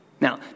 Now